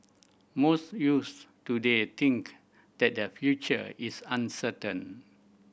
most youths today think that their future is uncertain